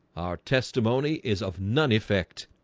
our testimony is of none effect.